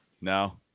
No